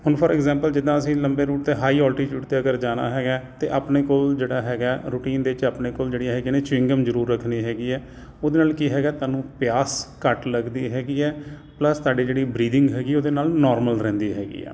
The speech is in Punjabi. ਹੁਣ ਫੋਰ ਇੰਗਜੈਪਲ ਜਿੱਦਾਂ ਅਸੀਂ ਲੰਬੇ ਰੂਟ 'ਤੇ ਹਾਈ ਓਲਟੀਟਿਊਡ 'ਤੇ ਜਾਣਾ ਹੈਗਾ ਅਤੇ ਆਪਣੇ ਕੋਲ ਜਿਹੜਾ ਹੈਗਾ ਰੂਟੀਨ ਦੇ ਵਿੱਚ ਆਪਣੇ ਕੋਲ ਜਿਹੜੀਆਂ ਹੈਗੀਆਂ ਨੇ ਚਿੰਗਮ ਜ਼ਰੂਰ ਰੱਖਣੀ ਹੈਗੀ ਹੈ ਉਹਦੇ ਨਾਲ ਕੀ ਹੈਗਾ ਤੁਹਾਨੂੰ ਪਿਆਸ ਘੱਟ ਲੱਗਦੀ ਹੈਗੀ ਹੈ ਪਲਸ ਤੁਹਾਡੇ ਜਿਹੜੀ ਬਰੀਦਿੰਗ ਹੈਗੀ ਉਹਦੇ ਨਾਲ ਨੋਰਮਲ ਰਹਿੰਦੀ ਹੈਗੀ ਆ